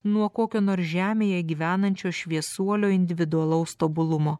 nuo kokio nors žemėje gyvenančio šviesuolio individualaus tobulumo